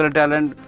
talent